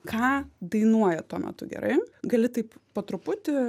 ką dainuoja tuo metu gerai gali taip po truputį